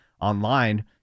online